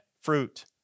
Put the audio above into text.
fruit